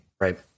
Right